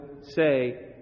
say